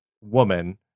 woman